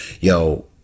yo